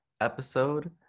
episode